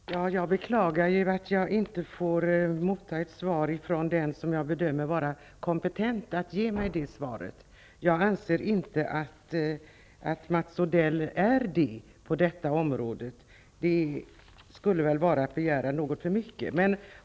Herr talman! Jag beklagar att jag inte får motta ett svar från den som jag anser kompetent att ge svaret. Jag anser inte att Mats Odell är det på detta område. Det skulle vara att begära litet för mycket.